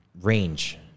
range